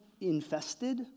infested